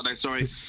sorry